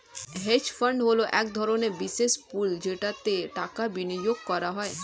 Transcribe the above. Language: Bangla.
হেজ ফান্ড হলো এক ধরনের বিশেষ পুল যেটাতে টাকা বিনিয়োগ করা হয়